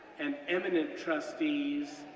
and eminent trustees,